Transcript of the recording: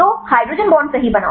तो hydrogen bond सही बनाओ